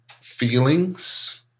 feelings